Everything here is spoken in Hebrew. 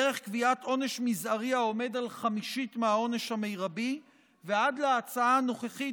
דרך קביעת עונש מזערי העומד על חמישית מהעונש המרבי ועד להצעה הנוכחית,